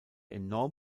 enorm